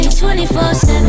24-7